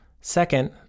Second